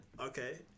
okay